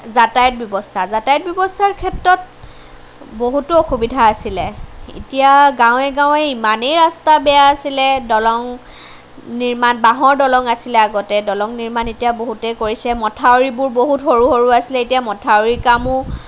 যাতায়ত ব্যৱস্থা যাতায়ত ব্যৱস্থাৰ ক্ষেত্ৰত বহুতো অসুবিধা আছিলে এতিয়া গাঁৱে গাঁৱে ইমানেই ৰাস্তা বেয়া আছিলে দলং নিৰ্মাণ বাঁহৰ দলং আছিলে আগতে দলং নিৰ্মাণ এতিয়া বহুতেই কৰিছে মথাউৰিবোৰ বহুত সৰু সৰু আছিলে এতিয়া মথাউৰিৰ কামো